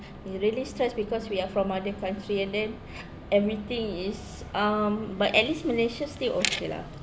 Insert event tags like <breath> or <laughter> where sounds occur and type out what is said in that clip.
we really stress because we are from other country and then <breath> everything is um but at least malaysia still okay lah